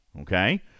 Okay